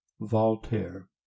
voltaire